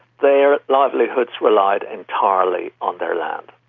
their livelihoods relied entirely on their land.